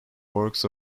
works